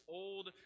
old